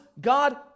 God